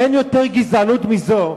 אין יותר גזענות מזו,